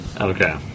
Okay